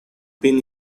been